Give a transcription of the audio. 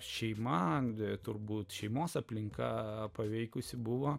šeima anglijoje turbūt šeimos aplinka paveikusi buvo